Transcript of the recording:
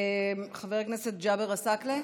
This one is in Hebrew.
חבר הכנסת ג'אבר עסאקלה,